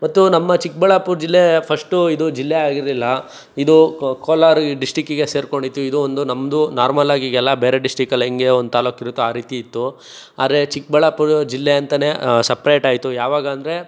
ಮತ್ತು ನಮ್ಮ ಚಿಕ್ಕಬಳ್ಳಾಪುರ ಜಿಲ್ಲೆ ಫಸ್ಟು ಇದು ಜಿಲ್ಲೆಯಾಗಿರಲಿಲ್ಲ ಇದು ಕೋಲಾರ ಡಿಸ್ಟ್ರಿಕ್ಕಿಗೆ ಸೇರಿಕೊಂಡಿತ್ತು ಇದು ಒಂದು ನಮ್ದು ನಾರ್ಮಲ್ಲಾಗಿ ಈಗೆಲ್ಲ ಬೇರೆ ಡಿಸ್ಟ್ರಿಕ್ಕಲ್ಲಿ ಹೇಗೆ ಒಂದು ತಾಲ್ಲೂಕಿರುತ್ತೋ ಆ ರೀತಿ ಇತ್ತು ಆದರೆ ಚಿಕ್ಕಬಳ್ಳಾಪುರ ಜಿಲ್ಲೆ ಅಂತಲೇ ಸಪ್ರೇಟಾಯ್ತು ಯಾವಾಗ ಅಂದರೆ